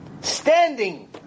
Standing